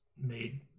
made